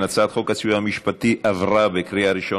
ההצעה להעביר את הצעת חוק הסיוע המשפטי (תיקון מס' 23),